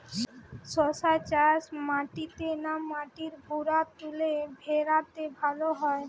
শশা চাষ মাটিতে না মাটির ভুরাতুলে ভেরাতে ভালো হয়?